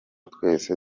twese